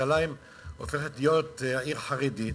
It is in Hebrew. ירושלים הופכת להיות עיר חרדית,